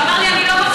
שאמר לי: אני לא,